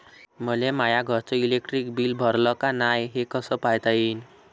मले माया घरचं इलेक्ट्रिक बिल भरलं का नाय, हे कस पायता येईन?